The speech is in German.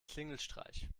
klingelstreich